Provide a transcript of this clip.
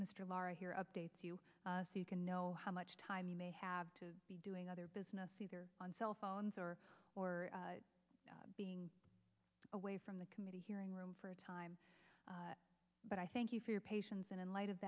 mr laurie here updates you so you can know how much time you may have to be doing other business either on cell phones or or being away from the committee hearing room for a time but i thank you for your patience and in light of